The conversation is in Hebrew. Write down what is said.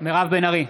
מירב בן ארי,